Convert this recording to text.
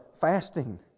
fasting